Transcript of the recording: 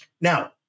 Now